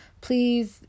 please